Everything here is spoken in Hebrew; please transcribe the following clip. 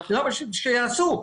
שיעשו,